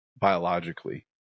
biologically